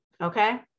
Okay